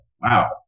wow